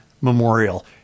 Memorial